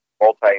multi